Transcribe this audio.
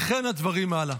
וכן הדברים הלאה.